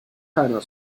keiner